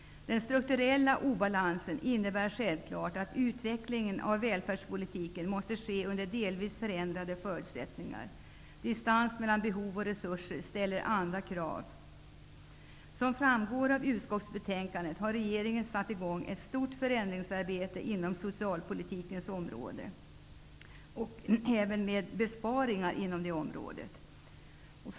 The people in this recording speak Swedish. Den strukturella obalansen innebär självklart att utvecklingen av välfärdspolitiken måste ske under delvis förändrade förutsättningar. Distans mellan behov och resurser ställer andra krav. Som framgår av utskottsbetänkandet, har regeringen satt i gång ett stort förändringsarbete, även innefattande besparingar, inom socialpolitikens område.